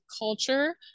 culture